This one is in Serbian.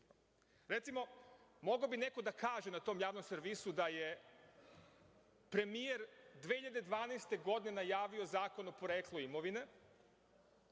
Recimo, mogao bi neko da kaže na tom javnom servisu da je premijer 2012. godine najavio zakon o poreklu imovine,